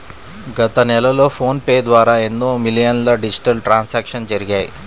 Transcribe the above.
గత నెలలో PhonePe ద్వారా ఎన్నో మిలియన్ల డిజిటల్ ట్రాన్సాక్షన్స్ జరిగాయి